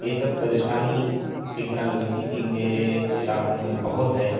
یہ سب پریشانی ٹیکنالوجی کی میرے علاقوں میں بہت ہے